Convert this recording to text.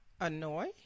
Annoy